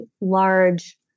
large